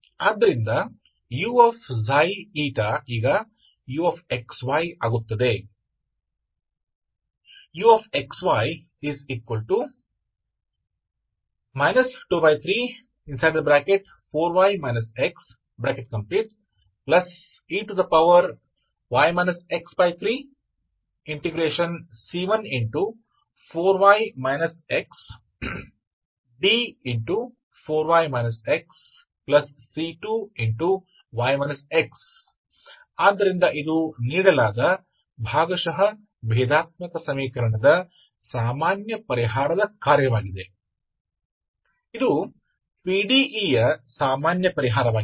अब मेरे नए चरों को वापस पाने के लिए वास्तविक पार्शियल डिफरेंशियल समीकरण को आप आसानी से बदल सकते और फंक्शन के रूप में और y x और 4y xका है ताकि आप प्रतिस्थापित कर सकें और यह इसका फंक्शनबन जाए यह u का एक फंक्शनuxy बन जाता है यह बन जाता हैuxy 234y xey x3C14y xd4y xC2y x तो यदि दिए गए पार्शियल डिफरेंशियल समीकरण का फंक्शन है यह दिए गए PDE का सामान्य हल है